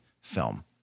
film